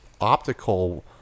optical